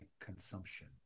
consumption